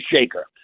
shaker